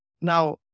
Now